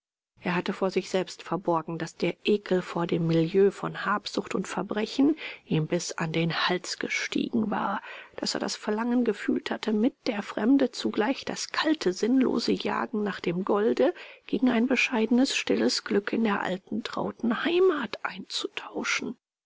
er hatte vor sich selbst verborgen daß der ekel vor dem milieu von habsucht und verbrechen ihm bis an den hals gestiegen war daß er das verlangen gefühlt hatte mit der fremde zugleich das kalte sinnlose jagen nach dem golde gegen ein bescheidenes stilles glück in der alten trauten heimat einzutauschen